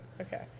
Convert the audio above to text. okay